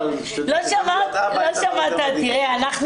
תראה,